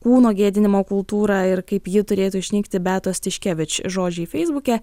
kūno gėdinimo kultūrą ir kaip ji turėtų išnykti beatos tiškevič žodžiai feisbuke